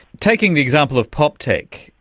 taking the example of poptech,